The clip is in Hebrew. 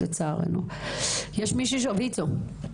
מישהו מויצו?